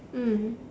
mm